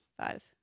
five